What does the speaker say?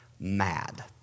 Mad